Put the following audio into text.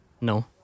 No